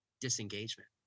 Disengagement